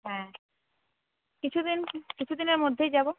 হ্যাঁ কিছু দিন কিছু দিনের মধ্যেই যাব